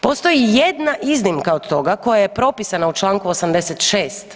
Postoji jedna iznimka od toga koja je propisana u čl. 86.